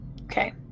Okay